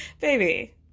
baby